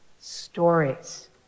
stories